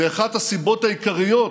ואחת הסיבות העיקריות